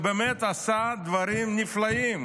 הוא עשה דברים נפלאים